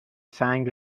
سنگ